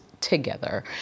together